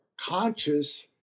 conscious